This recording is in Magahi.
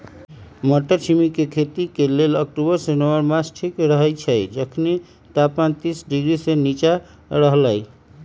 मट्टरछिमि के खेती लेल अक्टूबर से नवंबर मास ठीक रहैछइ जखनी तापमान तीस डिग्री से नीचा रहलइ